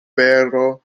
vero